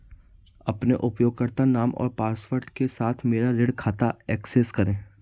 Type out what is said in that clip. अपने उपयोगकर्ता नाम और पासवर्ड के साथ मेरा ऋण खाता एक्सेस करें